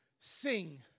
Sing